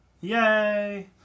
Yay